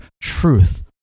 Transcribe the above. truth